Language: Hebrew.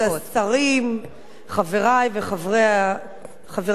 חברי וחברותי חברי הכנסת,